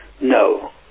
no